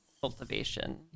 cultivation